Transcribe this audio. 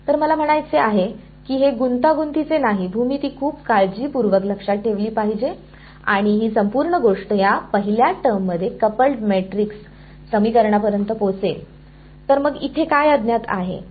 तर मला म्हणायचे आहे की हे गुंतागुंतीचे नाही भूमिती खूप काळजीपूर्वक लक्षात ठेवली पाहिजे आणि ही संपूर्ण गोष्ट या पहिल्या टर्म मध्ये कपलड् मॅट्रिक्स समीकरणापर्यंत पोहोचेल तर मग इथे काय अज्ञात आहे